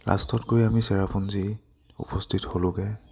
লাষ্টত গৈ আমি চেৰাপুঞ্জী উপস্থিত হ'লোঁগৈ